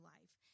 Life